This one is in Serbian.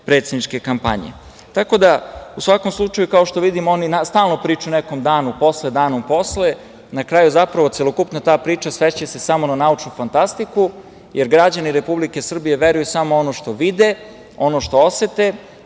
predsedničke kampanje.U svakom slučaju, kao što vidimo, oni stalno pričaju o nekom danu posle, na kraju, zapravo, celokupna ta priča svešće se samo na naučnu fantastiku, jer građani Republike Srbije veruju samo u ono što vide, ono što osete,